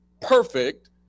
perfect